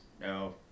No